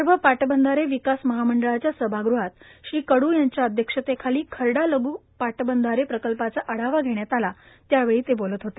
विश्भ पाटबंधारे विकास महामंडळाच्या सभागृहात कडू यांच्या अध्यक्षतेखाली खर्डा लघ् पाटबंधारे प्रकल्पाचा आढावा घेण्यात आला त्यावेळी ते बोलत होते